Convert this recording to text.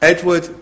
Edward